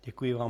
Děkuji vám.